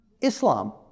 Islam